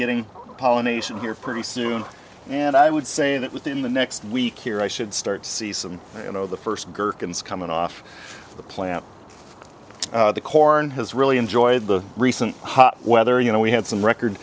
getting pollination here pretty soon and i would say that within the next week here i should start to see some you know the first gherkins coming off the plant the corn has really enjoyed the recent hot weather you know we had some record